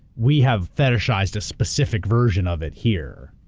we have fetishized a specific version of it here.